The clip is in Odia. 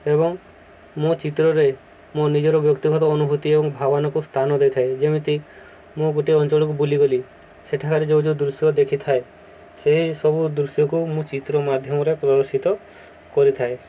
ଏବଂ ମୋ ଚିତ୍ରରେ ମୋ ନିଜର ବ୍ୟକ୍ତିଗତ ଅନୁଭୂତି ଏବଂ ଭାବନାକୁ ସ୍ଥାନ ଦେଇଥାଏ ଯେମିତି ମୁଁ ଗୋଟିଏ ଅଞ୍ଚଳକୁ ବୁଲିଗଲି ସେଠାରେ ଯୋଉ ଯୋଉ ଦୃଶ୍ୟ ଦେଖିଥାଏ ସେହିସବୁ ଦୃଶ୍ୟକୁ ମୁଁ ଚିତ୍ର ମାଧ୍ୟମରେ ପ୍ରଦର୍ଶିତ କରିଥାଏ